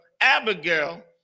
Abigail